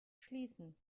schließen